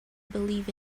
believe